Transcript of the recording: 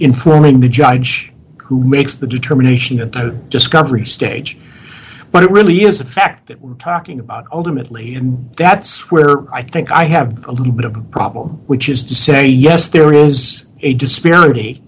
informing the judge who makes the determination at the discovery stage but it really is a fact that we're talking about ultimately and that's where i think i have a little bit of a problem which is to say yes there is a disparity